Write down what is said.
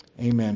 Amen